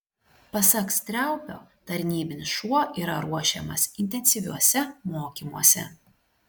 pasak striaupio tarnybinis šuo yra ruošiamas intensyviuose mokymuose